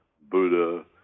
Buddha